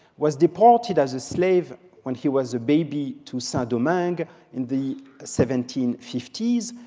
was deported as a slave when he was a baby to saint-domingue in the seventeen fifty s.